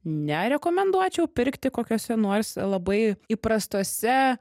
nerekomenduočiau pirkti kokiuose norisi labai įprastuose